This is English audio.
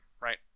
right